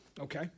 Okay